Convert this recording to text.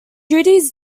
duties